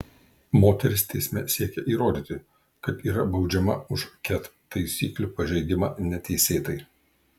moteris teisme siekia įrodyti kad yra baudžiama už ket taisyklių pažeidimą neteisėtai